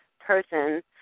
person